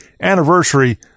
anniversary